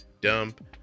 Dump